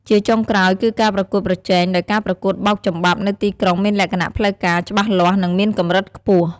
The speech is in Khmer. ជាចុងក្រោយ គឺការប្រកួតប្រជែង ដោយការប្រកួតបោកចំបាប់នៅទីក្រុងមានលក្ខណៈ ផ្លូវការ ច្បាស់លាស់ និងមានកម្រិតខ្ពស់។